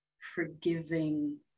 forgiving